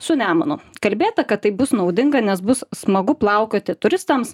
su nemunu kalbėta kad tai bus naudinga nes bus smagu plaukioti turistams